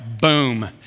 Boom